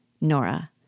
Nora